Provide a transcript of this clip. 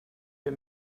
wir